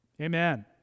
Amen